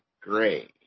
Gray